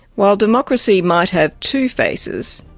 while democracy might have two faces,